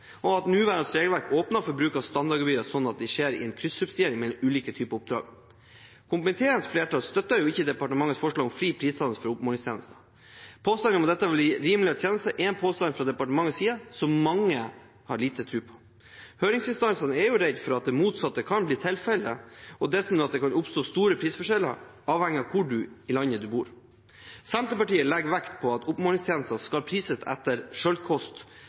og at nåværende regelverk åpner for bruk av standardgebyr, slik at det skjer en kryssubsidiering mellom ulike typer oppdrag. Komiteens flertall støtter ikke departementets forslag om fri prisdannelse for oppmålingstjenester. Påstanden om at dette vil gi rimelige tjenester er en påstand fra departementets side som mange har liten tro på. Høringsinstansene er redd for at det motsatte kan bli tilfellet, og dessuten at det kan oppstå store prisforskjeller avhengig av hvor i landet man bor. Senterpartiet legger vekt på at oppmålingstjenester skal prises etter